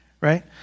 right